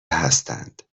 هستند